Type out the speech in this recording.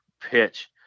pitch